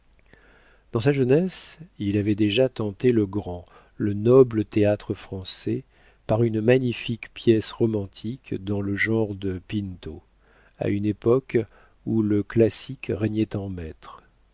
dans sa jeunesse il avait déjà tenté le grand le noble théâtre-français par une magnifique pièce romantique dans le genre de pinto à une époque où le classique régnait en maître